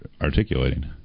articulating